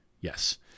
yes